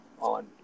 on